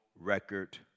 record